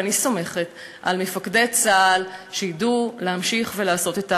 ואני סומכת על מפקדי צה"ל שידעו להמשיך ולעשות את העבודה.